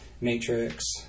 Matrix